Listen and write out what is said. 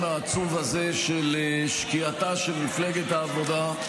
העצוב הזה של שקיעתה של מפלגת העבודה.